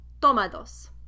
Tomados